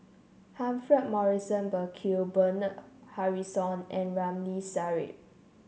Humphrey Morrison Burkill Bernard Harrison and Ramli Sarip